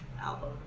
album